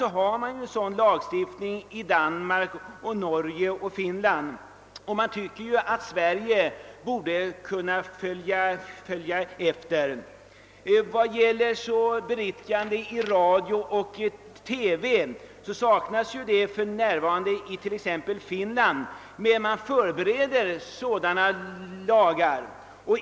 Bl.a, förekommer sådan lagstiftning i Danmark, Norge och Finland, och man tycker att Sverige borde kunna följa efter på den vägen. Vad beträffar beriktigande i radio och television saknas för närvarande sådana bestämmelser i exempelvis Finland, men där förbereds en sådan lagstiftning.